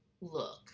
look